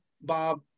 Bob